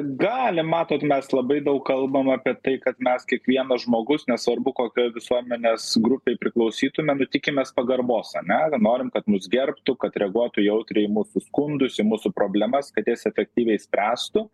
galim matot mes labai daug kalbam apie tai kad mes kiekvienas žmogus nesvarbu kokioj visuomenės grupei priklausytumėm nu tikimės pagarbos ane norim kad mus gerbtų kad reaguotų jautriai į mus su skundus į mūsų problemas kad jas efektyviai spręstų